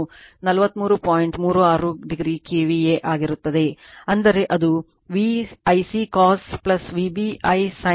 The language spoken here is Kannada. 36o KVA ಆಗಿರುತ್ತದೆ ಅಂದರೆ ಅದು V Ic os V b i sin